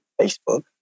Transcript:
Facebook